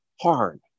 hard